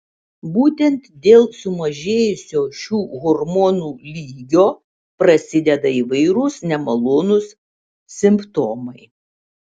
būtent dėl sumažėjusio šių hormonų lygio prasideda įvairūs nemalonūs simptomai